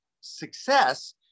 success